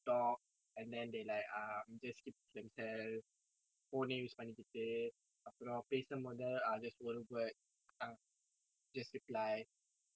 phone eh use பண்ணிக்கிட்டு அப்புறம் பேசும் போது:pannikkittu appuram pesum pothu ah just ஒரு:oru word um just reply and then that's it lah I will dislike that kind of person cause like you come out and do just